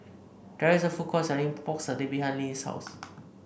there is a food court selling Pork Satay behind Linnie's house